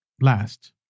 last